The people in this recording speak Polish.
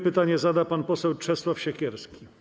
Pytanie zada pan poseł Czesław Siekierski.